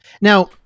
Now